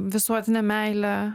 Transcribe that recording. visuotine meile